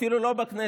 אפילו לא בכנסת,